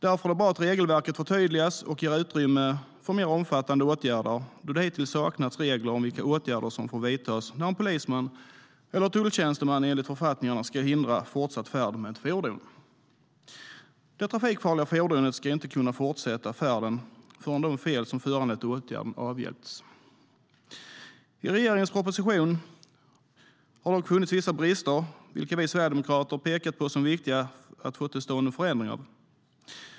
Därför är det bra att regelverket förtydligas och ger utrymme för mer omfattande åtgärder. Hittills har det saknats regler om vilka åtgärder som får vidtas när en polisman eller tulltjänsteman enligt författningarna ska hindra fortsatt färd med ett fordon. Det trafikfarliga fordonet ska inte kunna fortsätta färden förrän de fel som föranlett åtgärden har avhjälpts. I regeringens proposition har dock funnits vissa brister som vi sverigedemokrater har pekat på att det är viktigt att få till stånd en förändring av.